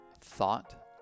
thought